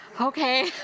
okay